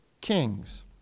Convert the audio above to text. kings